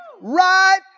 right